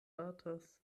batas